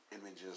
images